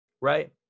right